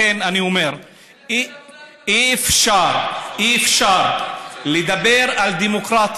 לכן אני אומר שאי-אפשר לדבר על דמוקרטיה,